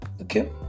okay